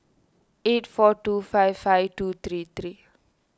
eight four two five five two three three